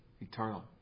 eternal